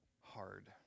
hard